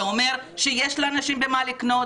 זה אומר שיש לאנשים במה לקנות,